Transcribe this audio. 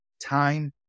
time